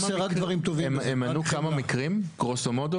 הם אמרו כמה מקרים כאלה יש?